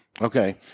Okay